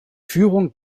führung